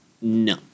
No